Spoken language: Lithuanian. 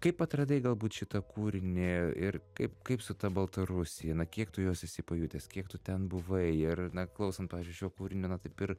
kaip atradai galbūt šitą kūrinį ir kaip kaip su ta baltarusija na kiek tu jos esi pajutęs kiek tu ten buvai ir na klausant pavyzdžiui šio kūrinio taip ir